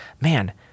man